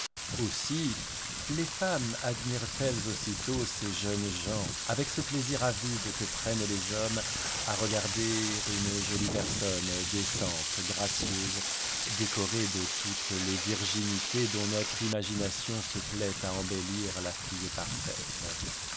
aussi les femmes admirent elles aussitôt ces jeunes gens avec ce plaisir avide que prennent les hommes à regarder une jolie personne décente gracieuse décorée de toutes les virginités dont notre imagination se plaît à embellir la fille parfaite